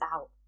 out